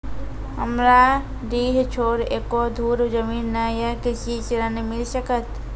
हमरा डीह छोर एको धुर जमीन न या कृषि ऋण मिल सकत?